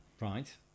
Right